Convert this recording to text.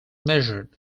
measured